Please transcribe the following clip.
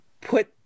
put